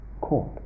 caught